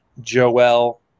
Joel